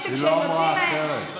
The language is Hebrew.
היא לא אמרה אחרת.